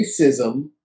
Racism